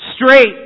straight